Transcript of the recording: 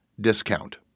discount